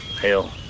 hell